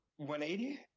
180